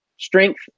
strength